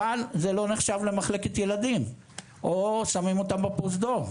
אבל זה לא נחשב למחלקת ילדים או שמים אותם בפרוזדור.